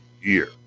year